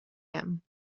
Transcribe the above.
ham